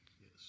Yes